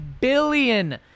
billion